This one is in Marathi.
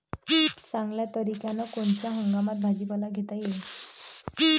चांगल्या तरीक्यानं कोनच्या हंगामात भाजीपाला घेता येईन?